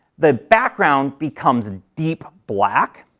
the background becomes deep black.